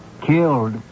Killed